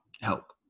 help